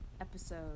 episode